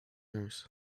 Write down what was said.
nurse